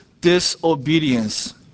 disobedience